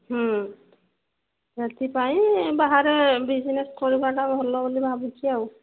ସେଥିପାଇଁ ବାହାରେ ବିଜନେସ୍ କରିବାଟା ଭଲ ବୋଲି ଭାବୁଛି ଆଉ